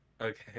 Okay